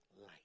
light